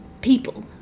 people